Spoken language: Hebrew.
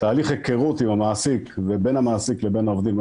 תהליך היכרות עם המעסיק ובין המעסיק לבין העובדים,